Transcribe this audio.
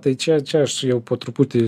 tai čia čia aš jau po truputį